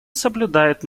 соблюдает